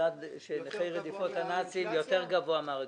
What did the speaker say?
מדד של נכי רדיפות הנאצים יותר גבוה מהרגיל.